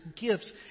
gifts